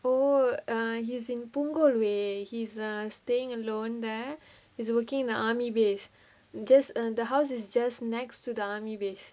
oh err he's in punggol way he's staying alone there is working the army base just uh the house is just next to the army base